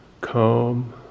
Calm